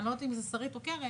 ואני לא יודעת אם זו שרית או קרן,